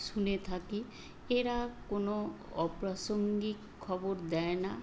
শুনে থাকি এরা কোনো অপ্রাসঙ্গিক খবর দেয় না